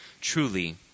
truly